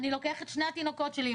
אני לוקח את שני התינוקות שלי,